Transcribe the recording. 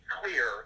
clear